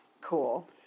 Cool